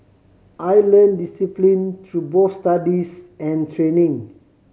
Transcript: I learnt discipline through both studies and training